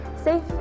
safe